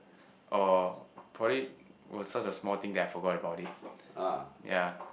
or probably it was such a small thing that I forgot about it ya